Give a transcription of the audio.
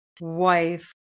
wife